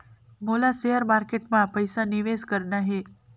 मोला share market मां पइसा निवेश करना हे?